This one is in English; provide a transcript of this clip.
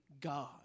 God